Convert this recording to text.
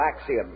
axiom